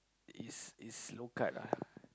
is is low cut lah